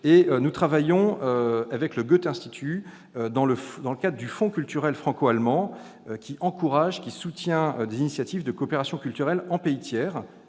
Nous travaillons aussi avec le Goethe-Institut dans le cadre du Fonds culturel franco-allemand, qui encourage des initiatives de coopération culturelle en pays tiers,